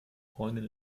freundin